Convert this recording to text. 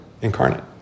incarnate